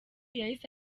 yahise